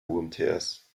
umts